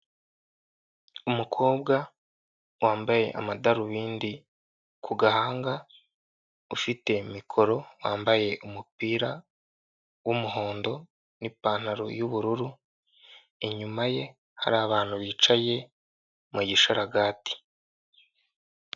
Umukobwa wambaye amadarubindi ku gahanga ufite mikoro wambaye umupira w'umuhondo n'ipantaro yubururu inyuma ye hari abantu bicaye mu gisharagati.